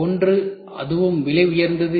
ஒன்று அதுவும் விலை உயர்ந்தது